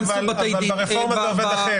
אבל ברפורמי זה עובד אחרת.